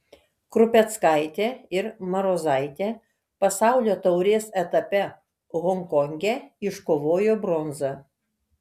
krupeckaitė ir marozaitė pasaulio taurės etape honkonge iškovojo bronzą